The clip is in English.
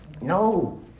No